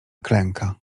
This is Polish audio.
klęka